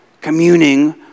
communing